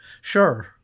sure